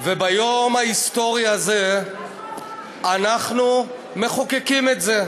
וביום ההיסטורי הזה אנחנו מחוקקים את זה.